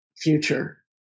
future